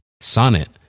Sonnet